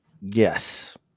Yes